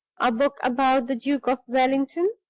a book about the duke of wellington,